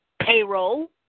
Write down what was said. payroll